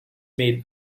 made